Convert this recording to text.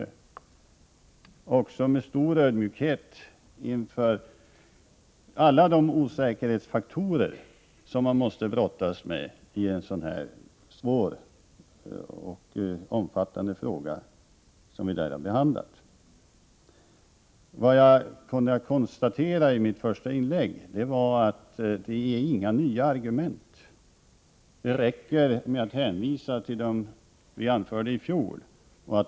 Jag har också visat stor ödmjukhet inför alla de osäkerhetsfaktorer som vi har att brottas med i en sådan svår och omfattande fråga som vi här har behandlat. Vad jag konstaterade i mitt första inlägg var att det finns inga nya argument. Det räcker med att hänvisa till de argument som vi anförde i fjol.